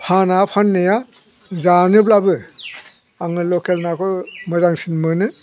फाना फाननाया जानोब्लाबो आङो लकेल नाखौ मोजांसिन मोनो